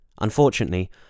Unfortunately